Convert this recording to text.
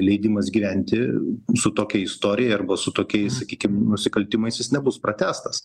leidimas gyventi su tokia istorija arba su tokiais sakykim nusikaltimais jis nebus pratęstas